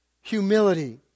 Humility